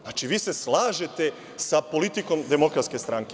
Znači, vi se slažete sa politikom Demokratske stranke.